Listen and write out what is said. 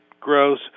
grows